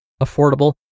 affordable